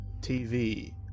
TV